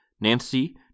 Nancy